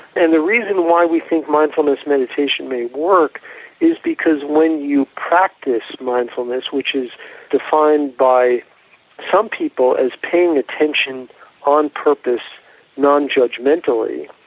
and the reason why we think mindfulness meditation might work is because when you practise mindfulness, which is defined by some people as paying attention on purpose non-judgementally,